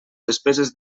despeses